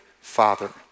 father